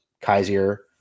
Kaiser